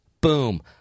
boom